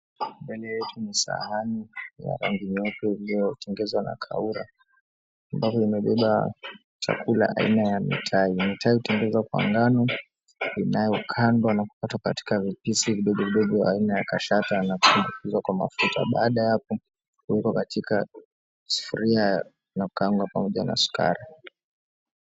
Mbele yetu ni sahani ya rangi nyeupe iliyotengezwa na kaura ambayo imebeba chakula aina ya mitai. Mitai hutengezwa kwa ngano inayokandwa na kukatwa katika vipisi vidogo vidogo aina ya kashata na kutumbukizwa kwa mafuta. Baada ya hapo huwekwa katika sufuria na kukaangwa pamoja na sukari.